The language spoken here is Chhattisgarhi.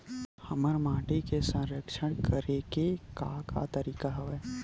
हमर माटी के संरक्षण करेके का का तरीका हवय?